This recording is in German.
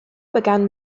begann